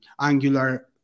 Angular